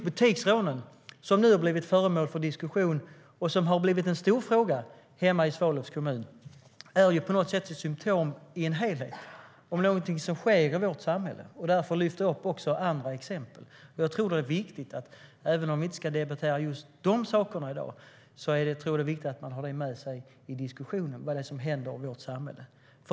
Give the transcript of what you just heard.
Butiksrånen, som nu har blivit föremål för diskussion och som har blivit en stor fråga hemma i Svalövs kommun, är på något sätt ett symtom i sin helhet på något som sker i vårt samhälle. Därför tar jag också upp andra exempel. Även om vi inte ska debattera just de sakerna i dag tror jag att det är viktigt att ha med sig i diskussionen vad det är som händer i vårt samhälle.